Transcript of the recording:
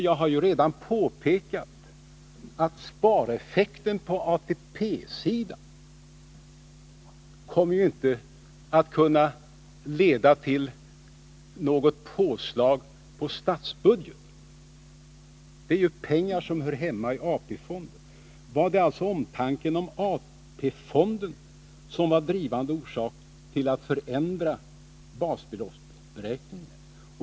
Jag har redan påpekat att spareffekten på ATP-sidan inte kommer att leda till något påslag på statsbudgeten. Det är ju pengar som hör hemma i AP-fonden. Var det alltså omtanken om AP-fonden som var den verkliga orsaken till ändringen av basbeloppsberäkningen?